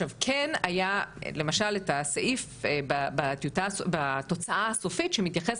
כן היה למשל את הסעיף בתוצאה הסופית שמתייחס